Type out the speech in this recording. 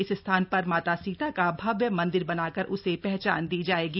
इस स्थान पर माता सीता का भव्य मन्दिर बनाकर उसे पहचान दी जाएगी